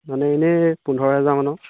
মানে এনেই পোন্ধৰ হাজাৰমানৰ